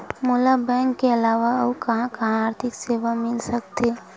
मोला बैंक के अलावा आऊ कहां कहा आर्थिक सेवा मिल सकथे?